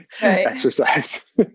exercise